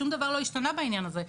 שום דבר לא השתנה בעניין הזה.